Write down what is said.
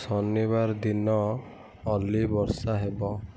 ଶନିବାର ଦିନ ଅର୍ଲି ବର୍ଷା ହେବ